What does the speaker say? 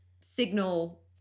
signal